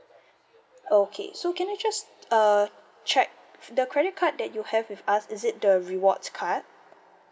okay so can I just uh check the credit card that you have with us is it the rewards card